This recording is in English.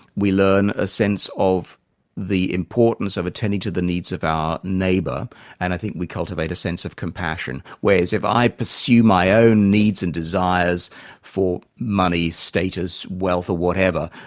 we learn a sense of the importance of attending to the needs of our neighbour and i think we cultivate a sense of compassion. whereas if i pursue my own needs and desires for money, status, wealth or whatever,